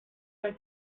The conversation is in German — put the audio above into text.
bei